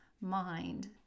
mind